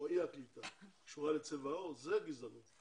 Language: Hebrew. אי הקליטה קשורה לצבע עור זו גזענות.